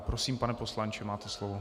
Prosím, pane poslanče, máte slovo.